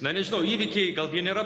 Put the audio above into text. na nežinau įvykiai gal gi nėra